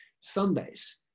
Sundays